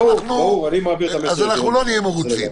אז אנחנו לא נהיה מרוצים.